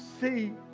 see